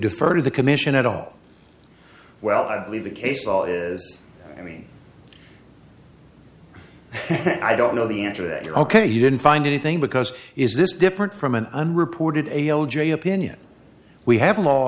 defer to the commission at all well i believe the case all is i mean i don't know the answer that you're ok you didn't find anything because is this different from an unreported a l j opinion we have a l